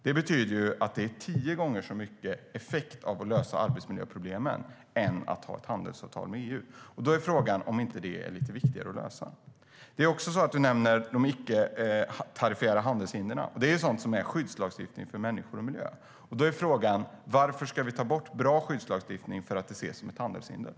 Det betyder att det ger tio gånger större effekt att lösa arbetsmiljöproblemen än att ha ett handelsavtal med USA. Är det inte viktigare att lösa den frågan?